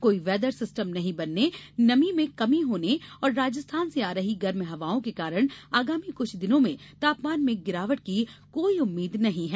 कोई weather system नहीं बनने नमी में कमी होने और राजस्थान से आ रही गर्म हवाओं के कारण आगामी कुछ दिनों में तापमान में गिरावट की कोई उम्मीद् नहीं है